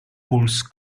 puls